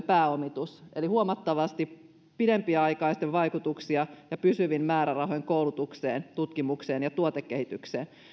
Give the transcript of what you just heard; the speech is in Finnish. pääomitus korkeakouluille eli huomattavasti pidempiaikaisia vaikutuksia ja pysyvin määrärahoin koulutukseen tutkimukseen ja tuotekehitykseen